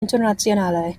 internazionale